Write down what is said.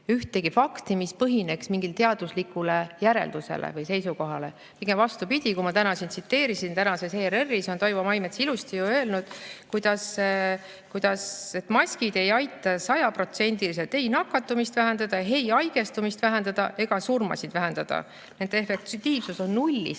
ühtegi fakti, mis põhineks mingil teaduslikul järeldusel või seisukohal. Pigem vastupidi, kui ma täna siin tsiteerisin, tänases ERR-is on Toivo Maimets ilusti öelnud, kuidas maskid ei aita sajaprotsendiliselt ei nakatumist vähendada, ei haigestumist vähendada ega surmasid vähendada. Nende efektiivsus on nullist